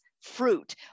fruit